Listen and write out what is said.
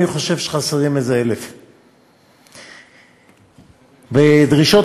אני חושב שחסרים איזה 1,000. בדרישות